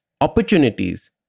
opportunities